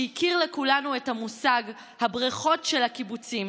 שהכיר לכולנו את המושג "הבריכות של הקיבוצים"